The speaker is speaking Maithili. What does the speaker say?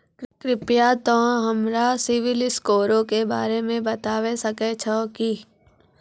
कृपया तोंय हमरा सिविल स्कोरो के बारे मे बताबै सकै छहो कि?